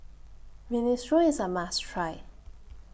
Minestrone IS A must Try